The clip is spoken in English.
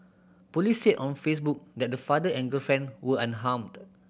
police said on Facebook that the father and girlfriend were unharmed